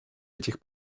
этих